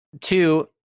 two